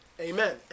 Amen